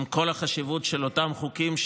עם כל החשיבות של אותם חוקים,